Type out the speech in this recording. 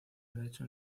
derecho